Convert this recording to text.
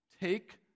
Take